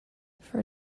for